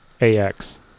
AX